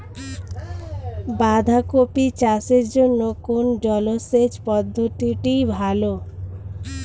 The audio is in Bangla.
বাঁধাকপি চাষের জন্য কোন জলসেচ পদ্ধতিটি ভালো?